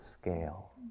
scale